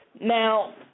Now